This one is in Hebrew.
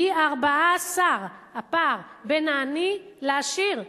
פי-14 הפער בין העני לעשיר.